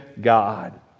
God